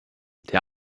der